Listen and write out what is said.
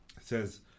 says